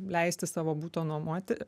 leisti savo buto nuomoti